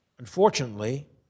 Unfortunately